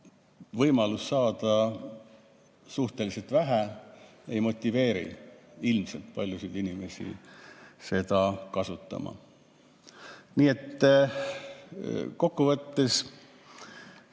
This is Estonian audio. võimalus saada suhteliselt vähe ei motiveeri ilmselt paljusid inimesi seda kasutama. Nii et kokkuvõttes